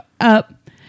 up